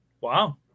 Wow